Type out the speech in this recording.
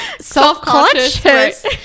self-conscious